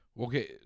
Okay